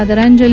आदरांजली